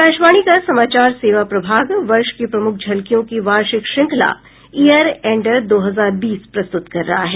आकाशवाणी का समाचार सेवा प्रभाग वर्ष की प्रमुख झलकियों की वार्षिक श्रृंखला ईयर एंडर दो हजार बीस प्रस्तुत कर रहा है